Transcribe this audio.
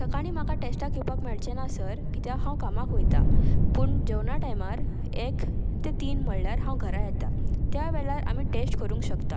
सकाळीं म्हाका टेस्टाक येवपाक मेळचें ना सर कित्याक हांव कामाक वयता पूण जेवणा टायमार एक ते तीन म्हणल्यार हांव घरा येता त्या वेळार आमी टेस्ट करूंक शकता